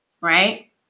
right